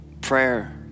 prayer